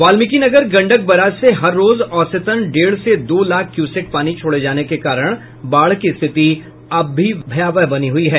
Balmikinagar Gandak barrage से हर रोज औसतन डेढ़ से दो लाख क्यूसेक पानी छोड़े जाने के कारण बाढ़ की रिथति अब भी भयावह बनी हुई है